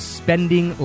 spending